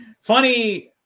Funny